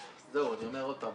אני אומר עוד פעם